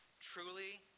Truly